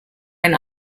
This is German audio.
ein